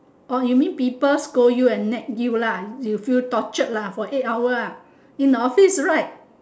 or you mean people scold you and nag you lah you feel tortured lah for eight hour ah in the office right